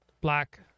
black